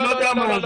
לא.